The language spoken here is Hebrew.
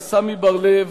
לסמי בר-לב,